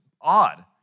odd